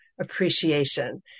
appreciation